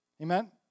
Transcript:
Amen